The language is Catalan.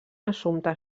assumpte